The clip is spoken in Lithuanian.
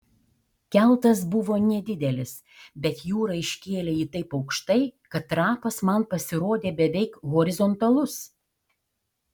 keltas buvo nedidelis bet jūra iškėlė jį taip aukštai kad trapas man pasirodė beveik horizontalus